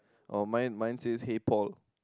oh mine mine says hey Paul